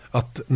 att